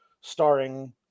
starring